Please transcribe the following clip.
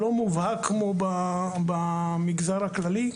מובהק כמו במגזר הכללי,